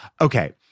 Okay